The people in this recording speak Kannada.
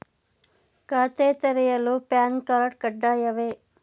ಖಾತೆ ತೆರೆಯಲು ಪ್ಯಾನ್ ಕಾರ್ಡ್ ಕಡ್ಡಾಯವೇ?